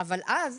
אבל שאז